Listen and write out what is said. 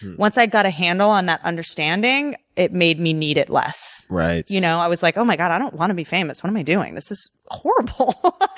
once i got a handle on that understanding, it made me need it less. you know i was like, oh, my god, i don't want to be famous what am i doing? this is horrible.